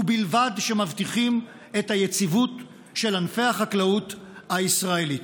ובלבד שמבטיחים את היציבות של ענפי החקלאות הישראלית.